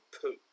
poop